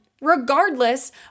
regardless